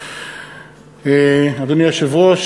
1. אדוני היושב-ראש,